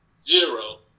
zero